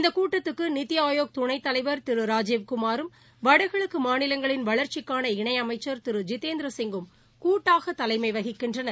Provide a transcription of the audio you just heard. இந்த கூட்டத்துக்கு நித்தி ஆயோக் துணைத்தலைவா் திரு ராஜீவ் குமாரும் வடகிழக்கு மாநிலங்களின் வளர்ச்சிக்கான இணை அமைச்ச் திரு ஜிதேந்திரசிங்கும் கூட்டாக தலைமை வகிக்கின்றனர்